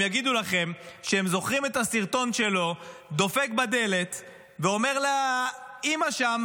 הם יגידו לכם שהם זוכרים את הסרטון שלו דופק בדלת ואומר לאימא שם: